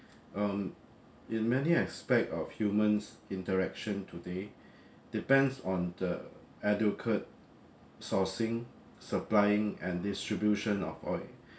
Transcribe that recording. um in many aspect of humans interaction today depends on the adequate sourcing supplying and distribution of oil